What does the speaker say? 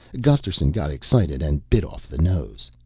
gusterson got excited and bit off the nose.